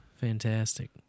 Fantastic